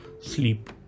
sleep